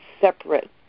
separate